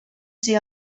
ser